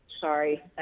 sorry